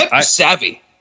savvy